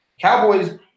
Cowboys –